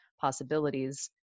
possibilities